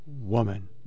woman